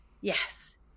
yes